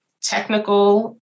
technical